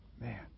man